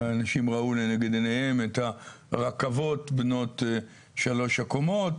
אנשים ראו לנגד עיניהם את הרכבות בנות שלוש הקומות